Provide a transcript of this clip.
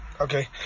Okay